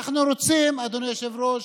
אדוני היושב-ראש,